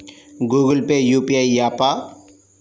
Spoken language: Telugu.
గూగుల్ పే యూ.పీ.ఐ య్యాపా?